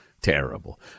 terrible